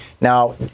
Now